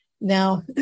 Now